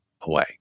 away